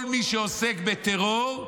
כל מי שעוסק בטרור,